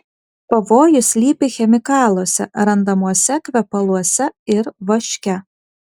pavojus slypi chemikaluose randamuose kvepaluose ir vaške